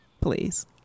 please